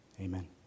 Amen